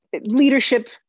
Leadership